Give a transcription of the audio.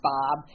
Bob